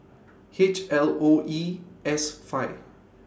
H L O E S five